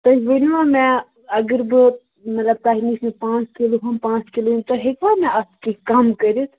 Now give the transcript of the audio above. تُہۍ ؤنۍوا مےٚ اگر بہٕ مطلب تۄہہِ نِش نِم پانٛژھ کِلوٗ ہُم پانٛژھ کِلوٗ تُہۍ ہیٚکوا مےٚ اَتھ کیٚنٛہہ کَم کٔرِتھ